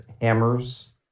hammers